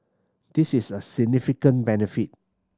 this is a significant benefit